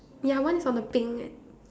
ya one is on the pink